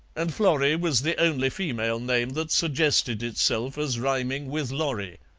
and florrie was the only female name that suggested itself as rhyming with lorry.